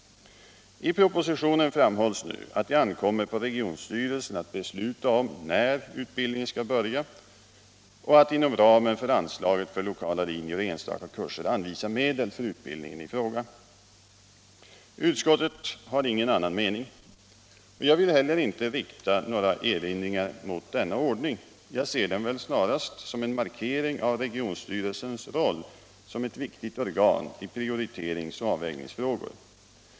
I propositionen framhålls nu att det ankommer på regionstyrelsen att besluta om när utbildningen skall börja och att inom ramen för anslaget för lokala linjer och enstaka kurser anvisa medel för utbildningen i fråga. Utskottet har ingen annan mening. Jag vill inte heller rikta några erinringar mot denna ordning. Jag ser den väl snarast som en markering av regionstyrelsens roll såsom ett viktigt organ i prioriterings och avvägningsfrågor.